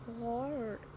hard